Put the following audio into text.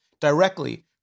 directly